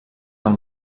del